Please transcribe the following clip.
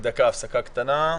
הפסקה קטנה.